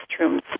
restrooms